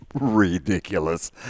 ridiculous